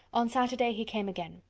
on saturday he came again.